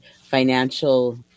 financial